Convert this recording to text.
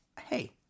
hey